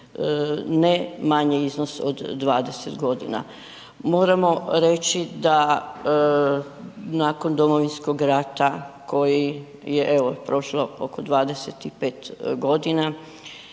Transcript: ne manji iznos od 20.g., moramo reći da nakon domovinskog rata koji je, evo prošlo oko 25.g. i